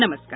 नमस्कार